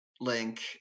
link